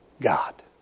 God